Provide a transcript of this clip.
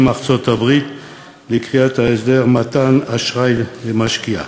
ארצות-הברית לקביעת הסדר מתן אשראי למשקיע.